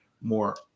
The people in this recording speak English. more